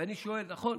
ואני שואל, נכון,